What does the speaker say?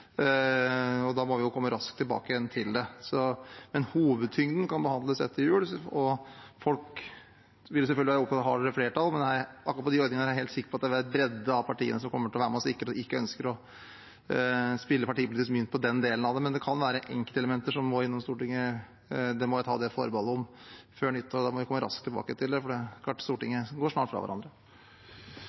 vi må komme raskt tilbake til, men hovedtyngden kan behandles etter jul. Folk vil selvfølgelig være opptatt av om vi har flertall, men akkurat disse ordningene er jeg helt sikker på at en bredde av partiene kommer til å være med og sikre og ikke ønske å spille partipolitisk mynt på den delen av det. Men det kan være enkeltelementer som må innom Stortinget før nyttår – det må jeg ta forbehold om – og da må vi komme raskt tilbake med det, for Stortinget går snart fra hverandre.